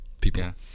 People